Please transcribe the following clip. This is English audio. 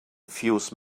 fuse